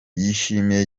yishimiye